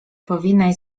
powinnaś